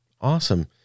Awesome